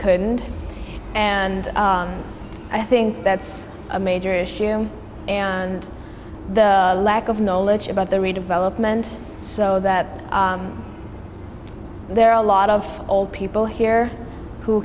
couldn't and i think that's a major issue and the lack of knowledge about the region element so that there are a lot of old people here who